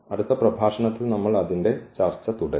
അടുത്ത പ്രഭാഷണത്തിൽ നമ്മൾ അതിന്റെ ചർച്ച തുടരും